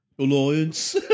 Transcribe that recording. Alliance